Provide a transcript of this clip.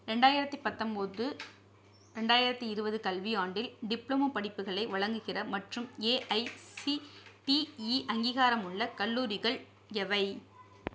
ரெண்டாயிரத்தி பத்தொம்பது ரெண்டாயிரத்தி இருபது கல்வியாண்டில் டிப்ளோமா படிப்புகளை வழங்குகிற மற்றும் ஏஐசிடிஇ அங்கீகாரமுள்ள கல்லூரிகள் எவை